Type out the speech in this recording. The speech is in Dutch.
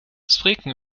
spreken